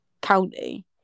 county